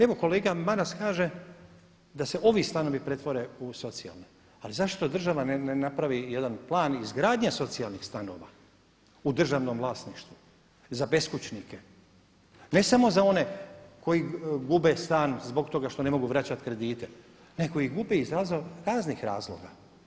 Evo kolega Maras kaže da se ovi stanovi pretvore u socijalne, ali zašto država ne napravi jedan plan izgradnje socijalnih stanova u državnom vlasništvu za beskućnike, ne samo za one koji gube stan zbog toga što ne mogu vraćati kredite, nego i gube iz razno raznih razloga.